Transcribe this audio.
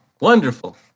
wonderful